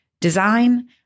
design